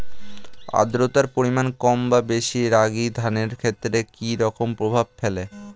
আদ্রতার পরিমাণ কম বা বেশি রাগী চাষের ক্ষেত্রে কি রকম প্রভাব ফেলে?